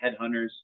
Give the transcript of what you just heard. headhunters